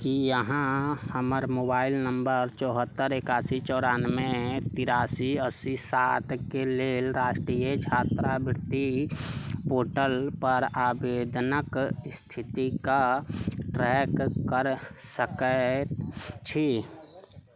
की अहाँ हमर mobile number चौहत्तर एकासी चौरानबे तिरासी अस्सी सातके लेल राष्ट्रिए छात्रावृति पोर्टल पर आवेदनके स्थिति कऽ ट्रैक कर सकैत छी